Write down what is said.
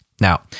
Now